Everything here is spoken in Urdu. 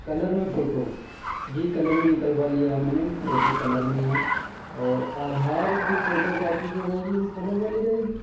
کلر میں فوٹو جی کلر میں نکلوا لیا ہے میں نے فوٹو کلر میں ہی ہے اور آدھار کی فوٹو کاپی جو رہے گی وہ کلر والی رہے گی